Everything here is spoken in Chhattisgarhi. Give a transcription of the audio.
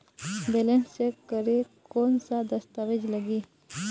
बैलेंस चेक करें कोन सा दस्तावेज लगी?